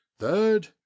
third